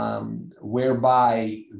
Whereby